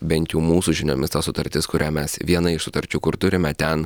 bent jau mūsų žiniomis ta sutartis kurią mes viena iš sutarčių kur turime ten